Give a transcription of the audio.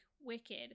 Wicked